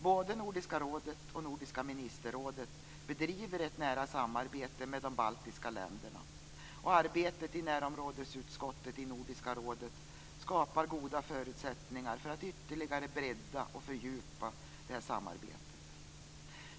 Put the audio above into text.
Både Nordiska rådet och Nordiska ministerrådet bedriver ett nära samarbete med de baltiska länderna, och arbetet i närområdesutskottet i Nordiska rådet skapar goda förutsättningar för att ytterligare bredda och fördjupa samarbetet.